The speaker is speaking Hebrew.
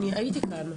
אני הייתי פה.